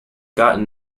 got